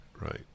Right